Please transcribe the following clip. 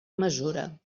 mesura